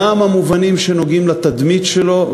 גם המובנים שנוגעים לתדמית שלו,